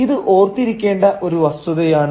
ഇത് ഓർത്തിരിക്കേണ്ട ഒരു വസ്തുതയാണ്